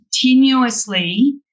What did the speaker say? continuously